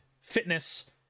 fitness